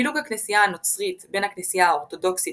פילוג הכנסייה הנוצרית בין הכנסייה האורתודוקסית